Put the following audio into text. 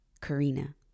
Karina